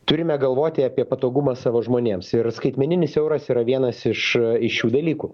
turime galvoti apie patogumą savo žmonėms ir skaitmeninis euras yra vienas iš iš šių dalykų